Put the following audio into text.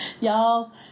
Y'all